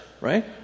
right